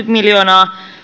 miljoonaa